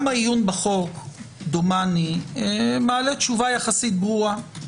העיון בחוק מעלה תשובה יחסית ברורה דומני.